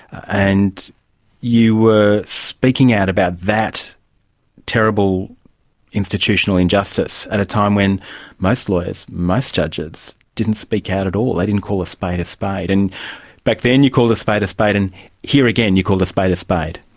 and you were speaking out about that terrible institutional injustice at a time when most lawyers and most judges didn't speak out at all. they didn't call a spade a spade. and back then you called a spade a spade, and here again you called a spade a spade.